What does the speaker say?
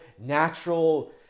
natural